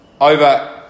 over